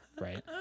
right